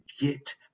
get